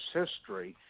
history